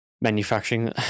manufacturing